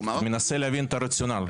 מערך הגיור --- מנסה להבין את הרציונל.